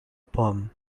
poem